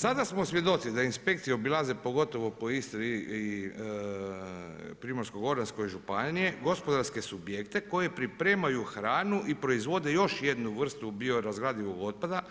Sada smo svjedoci da inspekcije obilaze pogotovo po Istri i Primorsko-goranskoj županiji gospodarske subjekte koje pripremaju hranu i proizvode još jednu vrstu biorazgradivog otpada